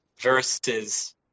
versus